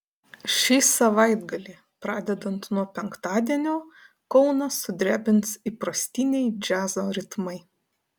šį savaitgalį pradedant nuo penktadienio kauną sudrebins įprastiniai džiazo ritmai